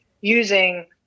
using